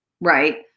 Right